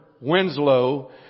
Winslow